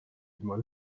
ilma